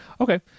Okay